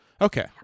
Okay